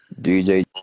dj